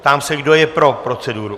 Ptám se, kdo je pro proceduru.